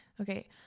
Okay